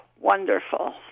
wonderful